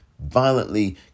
violently